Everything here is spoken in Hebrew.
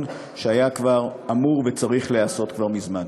שהיה כבר אמור וצריך להיעשות כבר מזמן.